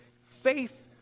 faith